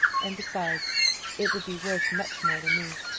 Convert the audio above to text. and besides it would be worth much more to me.